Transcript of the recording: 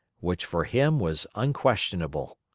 which for him was unquestionable.